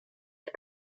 der